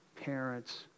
parents